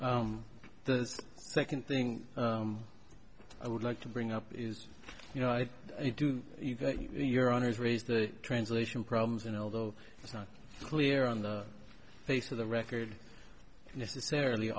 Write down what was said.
now the second thing i would like to bring up is you know you do your honors raise the translation problems and although it's not clear on the face of the record necessarily